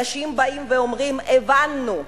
אנשים באים ואומרים: הבנו.